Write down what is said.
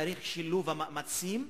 צריך שילוב המאמצים,